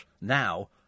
Now